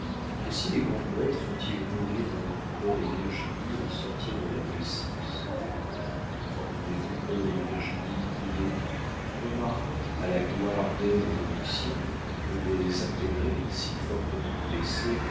aussi les grands poètes font-ils mourir leurs paul et virginie au sortir de l'adolescence comprendriez vous paul et virginie brouillés remarquons à la gloire d'ève et de lucien que les intérêts si fortement blessés